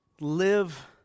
live